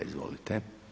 Izvolite.